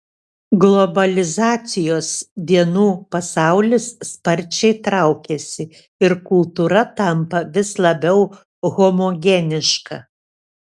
globalizacijos dienų pasaulis sparčiai traukiasi ir kultūra tampa vis labiau homogeniška